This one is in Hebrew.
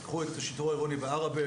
קחו את השיטור העירוני בעראבה